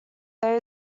they